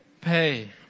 pay